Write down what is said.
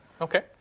Okay